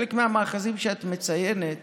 בחלק מהמאחזים שאת מציינת